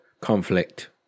conflict